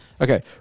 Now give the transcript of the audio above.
Okay